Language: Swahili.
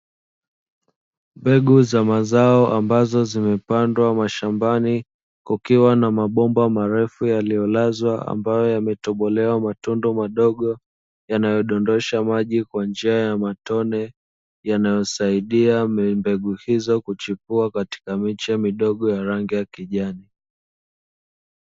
Mbegu za mazao, ambazo zimepandwa mashambani, kukiwa na mabomba marefu yaliyolazwa, ambayo yametobolewa matundu madogo yanayodondosha maji kwa njia ya matone, yanayosaidia mbegu hizo kuchipua katika miche midogo ya rangi ya kijani.